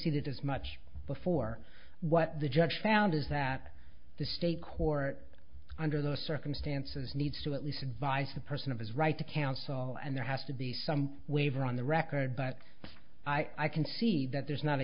conceded as much before what the judge found is that the state court under those circumstances needs to at least advise the person of his right to counsel and there has to be some waiver on the record but i can see that there's not a